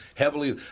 heavily